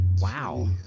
Wow